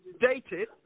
dated